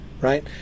right